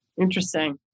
Interesting